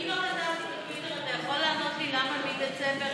אם לא כתבתי בטוויטר אתה יכול לענות לי למה מדצמבר